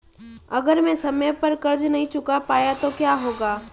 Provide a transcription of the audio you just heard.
अगर मैं समय पर कर्ज़ नहीं चुका पाया तो क्या होगा?